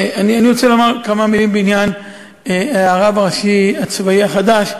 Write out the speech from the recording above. אני רוצה לומר כמה מילים בעניין הרב הראשי הצבאי החדש.